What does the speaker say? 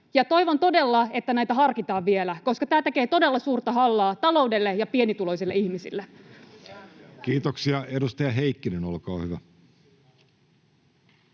toivon todella, että näitä harkitaan vielä, koska tämä tekevät todella suurta hallaa taloudelle ja pienituloisille ihmisille. [Speech 67] Speaker: Jussi Halla-aho